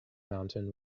mountain